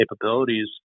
capabilities